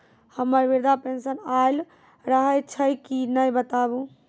हमर वृद्धा पेंशन आय रहल छै कि नैय बताबू?